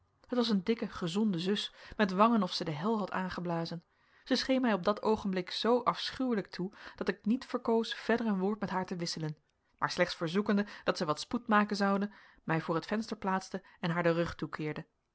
het was een dikke gezonde zus met wangen of zij de hel had aangeblazen zij scheen mij op dat oogenblik zoo afschuwelijk toe dat ik niet verkoos verder een woord met haar te wisselen maar slechts verzoekende dat zij wat spoed maken zonde mij voor het venster plaatste en haar den rug toekeerde